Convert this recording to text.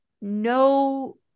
no